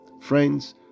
friends